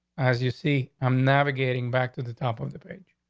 as you see, i'm navigating back to the top of the page.